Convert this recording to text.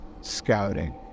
scouting